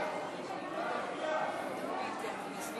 למה מחכים?